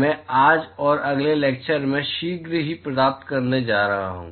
मैं आज और अगले लेक्चर में शीघ्र ही प्राप्त करने जा रहा हूं